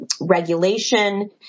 Regulation